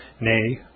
nay